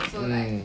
mm